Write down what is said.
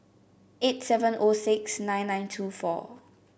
eight seven O six nine nine two four